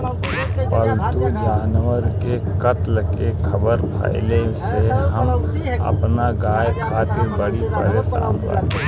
पाल्तु जानवर के कत्ल के ख़बर फैले से हम अपना गाय खातिर बड़ी परेशान बानी